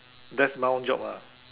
desk bound job lah